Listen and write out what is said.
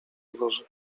dworze